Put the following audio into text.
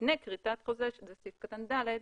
לפני כריתת החוזה", שזה סעיף קטן (ד)